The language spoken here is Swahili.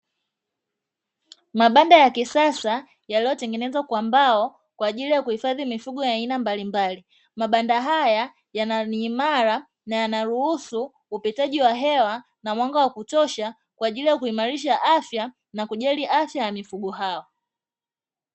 Mabanda ya kisasa yaliyotengenezwa kwa mbao kwa ajili ya kuhifadhi mifugo ya aina mbalimbali. Mabanda haya ni imara na yanaruhusu upitaji wa hewa na mwanga wa kutosha kwa ajili ya kuimarisha afya na kujali afya ya mifugo hawa.